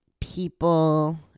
people